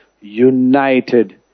united